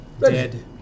Dead